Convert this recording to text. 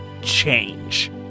change